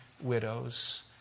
widows